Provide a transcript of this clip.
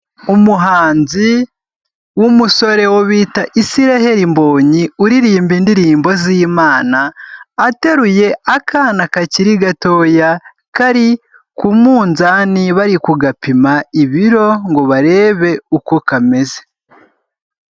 Umuhanzi w'umusore wo bita Israel Mbonyi uririmba indirimbo z'Imana, ateruye akana kakiri gatoya, kari ku munzani bari kugapima ibiro ngo barebe uko kameze.